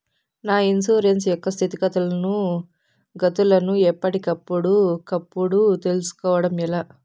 నా ఇన్సూరెన్సు యొక్క స్థితిగతులను గతులను ఎప్పటికప్పుడు కప్పుడు తెలుస్కోవడం ఎలా?